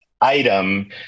item